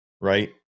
right